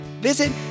Visit